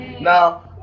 Now